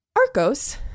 Arcos